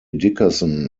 dickerson